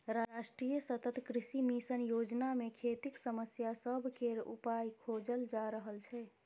राष्ट्रीय सतत कृषि मिशन योजना मे खेतीक समस्या सब केर उपाइ खोजल जा रहल छै